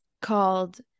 called